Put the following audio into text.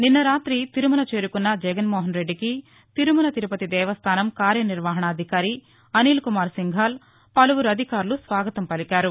నిన్న రాతి తిరుమల చేరుకున్న జగన్మోహన్ రెడ్డికి తిరుమల తిరుపతి దేవస్థానం కార్యనిర్వహణాధికారి అనిల్ కుమార్ సింఘాల్ పలువురు అధికారులు స్వాగతం పలికారు